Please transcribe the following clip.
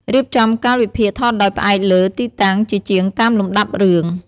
រៀបចំកាលវិភាគថតដោយផ្អែកលើទីតាំងជាជាងតាមលំដាប់រឿង។